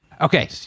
Okay